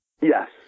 Yes